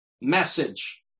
message